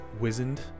Wizened